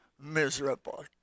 miserable